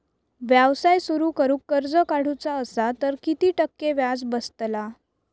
व्यवसाय सुरु करूक कर्ज काढूचा असा तर किती टक्के व्याज बसतला?